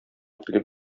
килеп